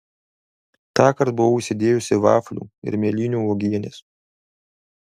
tąkart buvau įsidėjusi vaflių ir mėlynių uogienės